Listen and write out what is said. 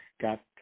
got